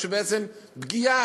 בעצם פגיעה,